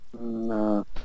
No